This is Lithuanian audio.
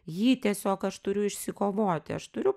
jį tiesiog aš turiu išsikovoti aš turiu